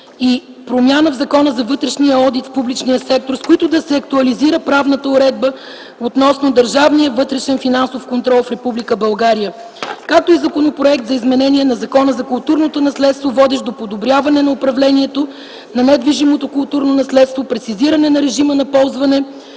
и промяна в Закона за вътрешния одит в публичния сектор, с които да се актуализира правната уредба относно държавния вътрешен финансов контрол в Република България; – Законопроект за изменение на Закона за културното наследство, водещ до подобряване на управлението на недвижимото културно наследство, прецизиране режима на ползване